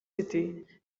city